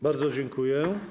Bardzo dziękuję.